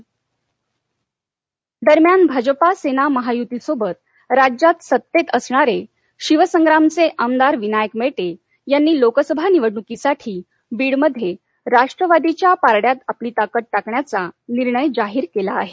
मेटे बीड दरम्यान भाजप सेना महायुतीसोबत राज्यात सत्तेत असणारे शिवसंग्रामचे आमदार विनायक मेटे यांनी लोकसभा निवडणूकीसाठी बीडमध्ये राष्ट्रवादीच्या पारड्यात आपली ताकद टाकण्याचा निर्णय जाहीर केला आहे